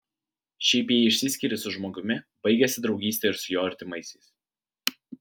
šiaip jei išsiskiri su žmogumi baigiasi draugystė ir su jo artimaisiais